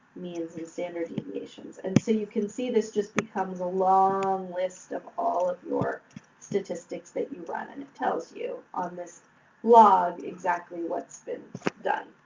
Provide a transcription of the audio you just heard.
means and standard deviations. and so, you can see this just becomes a long list of all of your statistics that you run and it tells you on this log exactly what's been done.